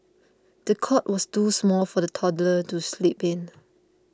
the cot was too small for the toddler to sleep in